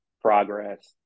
progress